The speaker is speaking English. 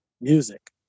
music